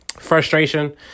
frustration